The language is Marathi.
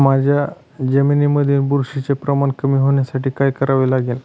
माझ्या जमिनीमधील बुरशीचे प्रमाण कमी होण्यासाठी काय करावे लागेल?